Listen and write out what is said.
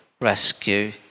rescue